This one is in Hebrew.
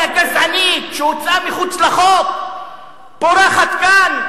גזענית שהוצאה מחוץ לחוק שפורחת כאן.